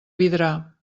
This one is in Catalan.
vidrà